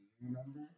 remember